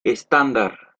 estándar